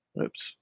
oops